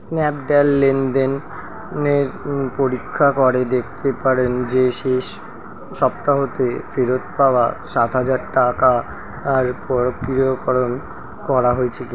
Snapdeal লেনদেন এর পরীক্ষা করে দেখতে পারেন যে শেষ সপ্তাহতে ফেরত পাওয়া সাত হাজার টাকা আর প্রক্রিয়াকরণ করা হয়েছে কি